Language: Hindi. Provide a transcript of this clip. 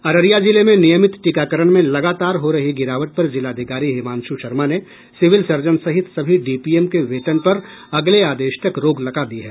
अररिया जिले में नियमित टीकाकरण में लगातार हो रही गिरावट पर जिलाधिकारी हिमांशु शर्मा ने सिविल सर्जन सहित सभी डीपीएम के वेतन पर अगले आदेश तक रोक लगा दी है